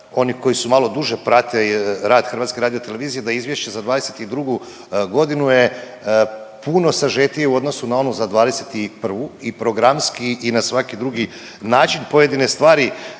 oni koji su malo duže prate rad HRT-a da izvješće za 2022.g. je puno sažetije u odnosu na onu za 2021. i programski i na svaki drugi način. Pojedine stvari